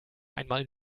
einmal